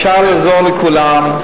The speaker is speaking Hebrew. אפשר לעזור לכולם.